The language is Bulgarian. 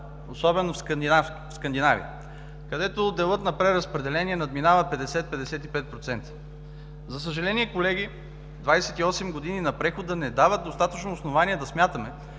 особено в Скандинавия, където делът на преразпределение надминава 50 – 55%. За съжаление, колеги, 28 години на прехода не дават достатъчно основание да смятаме,